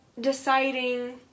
deciding